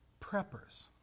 Preppers